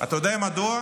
אתה יודע מדוע?